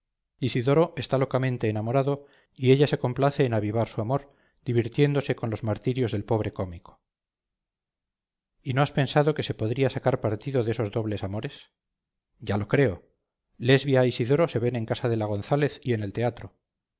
isidoro está locamente enamorado y ella se complace en avivar su amor divirtiéndose con los martirios del pobre cómico y no has pensado que se podría sacar partido de esos dobles amores ya lo creo lesbia e isidoro se ven en casa de la gonzález y en el teatro